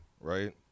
right